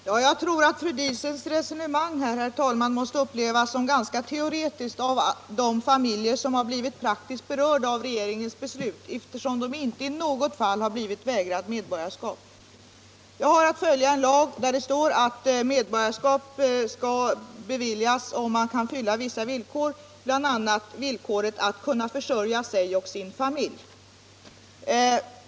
Herr talman! Jag tror att fru Diesens resonemang här måste upplevas som ganska teoretiskt av de familjer som har varit praktiskt berörda av regeringens beslut, eftersom de inte i något fall blivit vägrade medborgarskap. Jag har att följa en lag där det föreskrivs att medborgarskap skall beviljas om man uppfyller vissa villkor, bl.a. villkoret att man skall kunna försörja sig och sin familj.